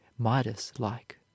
Midas-like